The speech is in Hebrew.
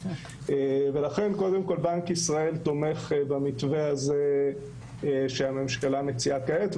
לכן בנק ישראל תומך במתווה שהממשלה מציעה כעת.